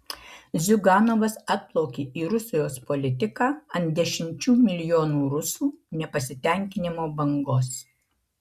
ziuganovas atplaukė į rusijos politiką ant dešimčių milijonų rusų nepasitenkinimo bangos